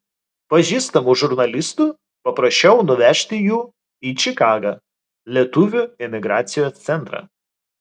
pažįstamų žurnalistų paprašiau nuvežti jų į čikagą lietuvių emigracijos centrą